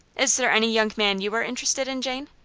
is there any young man you are interested in, jane?